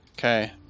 Okay